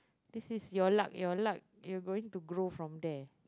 this is your luck your luck you're going to grow from there